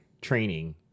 training